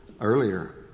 earlier